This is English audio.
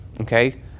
okay